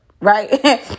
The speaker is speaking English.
right